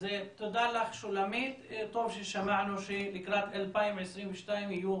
תודה לך, שלומית, טוב ששמענו שלקראת 2022 יהיו